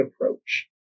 approach